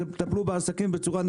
תטפלו בעסקים בצורה נכונה.